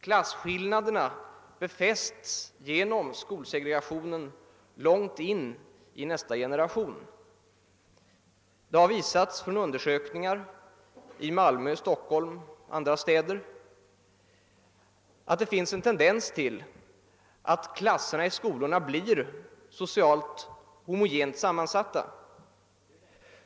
Klasskillnaderna befästs genom skolsegregationen långt in i nästa generation. Undersökningar i Malmö, Stockholm och andra städer har visat att det finns en tendens till att klasserna i skolorna blir socialt homogent sammansatta.